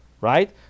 right